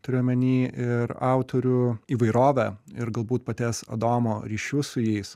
turiu omeny ir autorių įvairovę ir galbūt paties adomo ryšius su jais